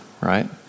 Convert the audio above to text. right